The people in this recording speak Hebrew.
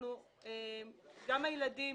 גם הילדים